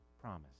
promise